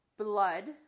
Blood